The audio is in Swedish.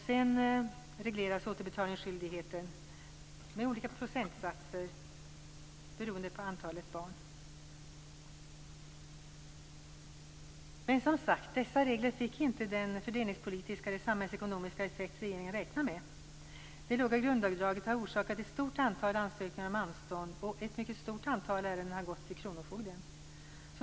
Sedan regleras återbetalningsskyldigheten med olika procentsatser beroende på antalet barn. Dessa regler fick som sagt inte den fördelningspolitiska eller samhällsekonomiska effekt regeringen räknade med. Det låga grundavdraget har orsakat ett stort antal ansökningar om anstånd, och ett mycket stort ärenden har gått till kronofogden.